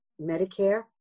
Medicare